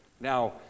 now